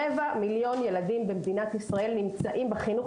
רבע מיליון ילדים במדינת ישראל נמצאים בחינוך